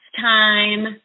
time